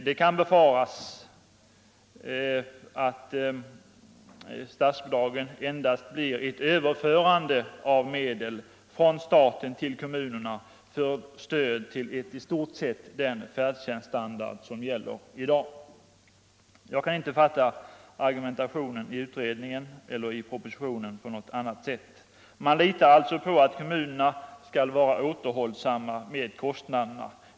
Man kan då befara att statsbidragen endast blir ett överförande av medel från staten till kommunerna för stöd till i stort sett den färdtjänststandard som gäller i dag. Jag kan inte fatta argumentationen i utredningen eller i propositionen på något annat sätt. Man litar alltså på att kommunerna skall vara återhållsamma med kostnaderna.